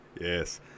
Yes